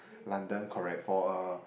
London correct for a